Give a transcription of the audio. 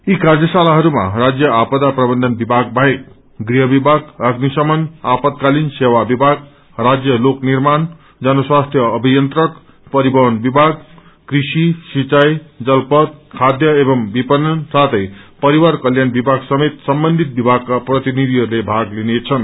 यी कार्यशालाहरूमा राजय आपदा प्रबन्धन विभाग बाहेक गृह विभग अग्निशमन आपतकालिन सेवा विभग राज्य लोक निर्माण जन स्वास्थ्य अभियन्त्रक परिवहन विभाग कृषि सिंचाई जलपथ खाध्य एवं विपणन साथै पविार कल्याण विभाग समेत सम्बन्धित विभागका प्रतिनिधिहरूले भाग लिनेछन्